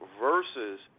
versus